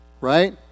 Right